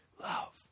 love